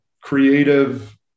creative